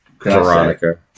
veronica